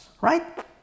right